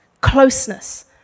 closeness